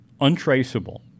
untraceable